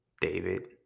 David